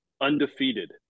undefeated